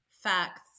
facts